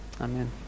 amen